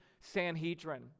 Sanhedrin